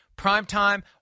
Primetime